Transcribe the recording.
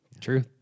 True